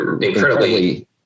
incredibly